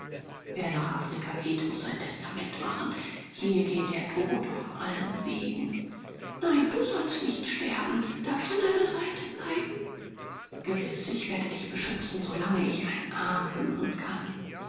wer nach afrika geht muß sein testament machen hier geht der tod auf allen wegen nein du sollst nicht sterben darf ich an deiner seite bleiben gewiß ich werde dich beschützen solange ich einen arm rühren kann